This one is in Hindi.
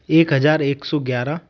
एक हजार एक सौ ग्यारह